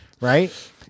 right